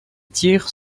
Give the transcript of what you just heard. tire